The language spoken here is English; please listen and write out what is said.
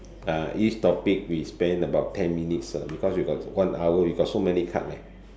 uh each topic we spend about ten minutes uh because we got one hour we got so many card leh